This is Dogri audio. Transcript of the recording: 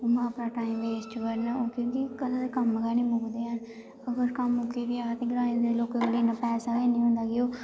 उ'नें अपना टाईम वेस्ट करना ओह् क्योंकि घरै दे कम्म गै निं मुकदे हैन अगर कम्म मुक्की बी जा ते ग्राएं दे लोकें कोलें इन्ना पैसा गै निं होंदा ऐ कि ओह्